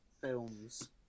films